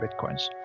bitcoins